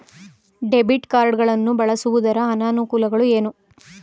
Debit card ಗಳನ್ನು ಬಳಸುವುದರ ಅನಾನುಕೂಲಗಳು ಏನು?